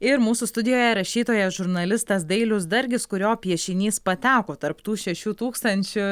ir mūsų studijoje rašytojas žurnalistas dailius dargis kurio piešinys pateko tarp tų šešių tūkstančių